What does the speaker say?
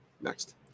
next